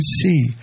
see